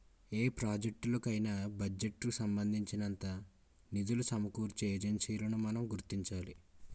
ఏ ప్రాజెక్టులకు అయినా బడ్జెట్ కు సంబంధించినంత నిధులు సమకూర్చే ఏజెన్సీలను మనం గుర్తించాలి